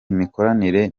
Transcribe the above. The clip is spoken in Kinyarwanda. imikoranire